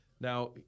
Now